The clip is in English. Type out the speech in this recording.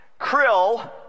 krill